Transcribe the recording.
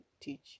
teach